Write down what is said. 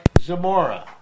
Zamora